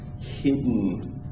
hidden